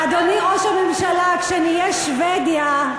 אדוני ראש הממשלה, כשנהיה שבדיה,